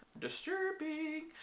Disturbing